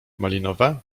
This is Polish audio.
malinowe